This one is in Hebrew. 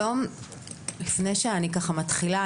לפני שאני מתחילה,